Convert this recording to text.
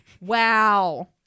Wow